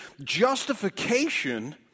justification